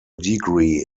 degree